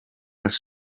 els